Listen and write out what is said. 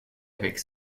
avec